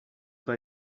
pas